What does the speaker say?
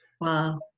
Wow